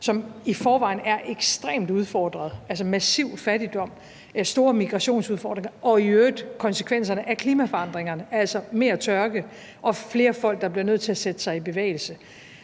som i forvejen er ekstremt udfordret, altså massiv fattigdom, store migrationsudfordringer og i øvrigt af konsekvenserne af klimaforandringerne, altså mere tørke og flere folk, der bliver nødt til at sætte sig i bevægelse.